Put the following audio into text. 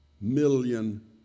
million